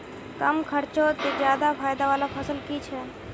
कम खर्चोत ज्यादा फायदा वाला फसल की छे?